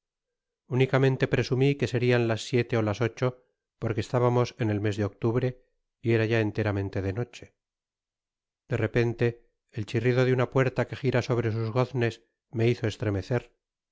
únicamente presumi que serian las siete ó las ocho porque estábamos en el mesjde octubre y era yaenteramente de noche de repente el chirrido de una puerta que gira sobre sus goznes me hizo estremecer